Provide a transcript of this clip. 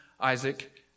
Isaac